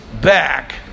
back